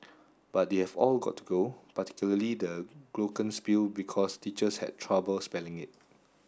but they have all got to go particularly the glockenspiel because teachers had troubles spelling it